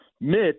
Mitch